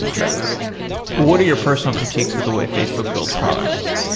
that is the goal what are your personal critiques of the way facebook builds products?